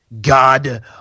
god